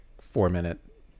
four-minute